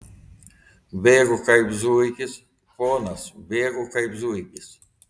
bėgu kaip zuikis ponas bėgu kaip zuikis